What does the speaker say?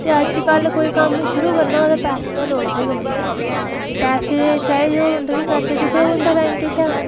ते अज्जकल कोई कम्म शुरू करना होऐ तां पैसा लोड़दे बनदे ते पैसे चाहि्दे होन ते फिर कर्जा चुक्कना पौंदा बैंक शा